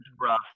rough